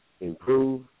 improve